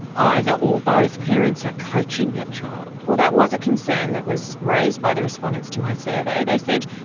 either or both parents, are coaching that child. well, that was a concern that was raised by the respondents to my survey. they said,